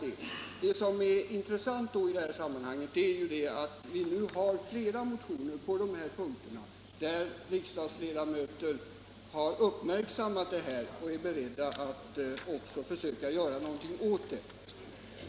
Vad som är intressant att notera är att vi nu har fått flera motioner på dessa punkter, som visar att riksdagsledamöter har uppmärksammat detta problem och är beredda att göra någonting åt det.